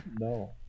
No